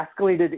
escalated